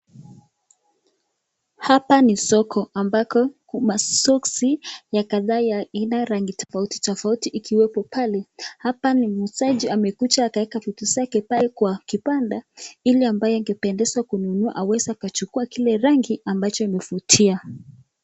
Hapa ni soko ambako masokisi ya kadhaa ya rangi tofauti tofauti ikiwekwa pale. Hapa ni muuzaji amekuja akaweka vitu zake pale kwa kibanda, ili ambaye angependezwa kununua anaweza kuchukua kila rangi ambacho anavitia.